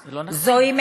זה לא נכון.